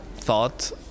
thought